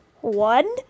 one